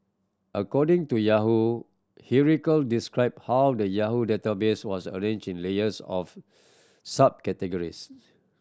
according to Yahoo hierarchical described how the Yahoo database was arranged layers of subcategories